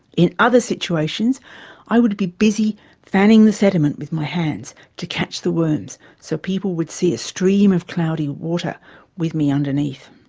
in other situations i would be busy fanning the sediment with my hands to catch the worm so people would see a stream of cloudy water with me underneath.